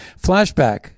Flashback